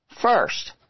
first